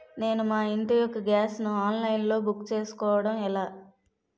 నేను మా ఇంటి యెక్క గ్యాస్ ను ఆన్లైన్ లో బుక్ చేసుకోవడం ఎలా?